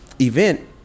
event